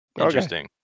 Interesting